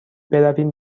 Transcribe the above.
برویم